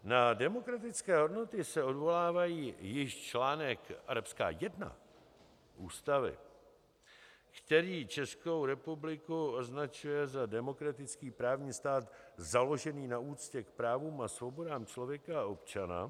Na demokratické hodnoty se odvolává již článek 1 Ústavy, který Českou republiku označuje za demokratický právní stát založený na úctě k právům a svobodám člověka a občana.